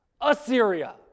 Assyria